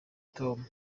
tom